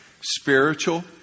spiritual